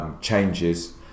changes